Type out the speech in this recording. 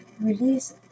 Release